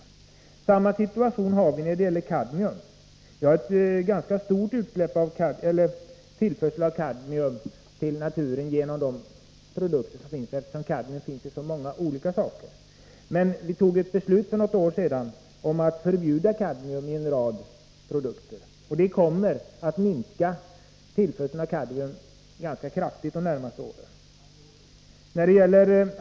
Vi har samma situation när det gäller kadmium — en ganska stor tillförsel av kadmium till naturen, eftersom kadmium ingår i så många olika produkter. Riksdagen fattade emellertid ett beslut för något år sedan om att förbjuda kadmium i en rad produkter. Det har fått till följd att tillförseln av kadmium kommer att minska ganska kraftigt de närmaste åren.